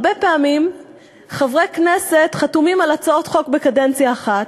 הרבה פעמים חברי כנסת חתומים על הצעות חוק בקדנציה אחת,